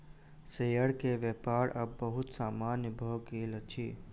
share के व्यापार आब बहुत सामान्य भ गेल अछि